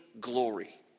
glory